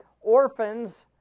orphans